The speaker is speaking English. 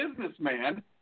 businessman